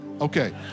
Okay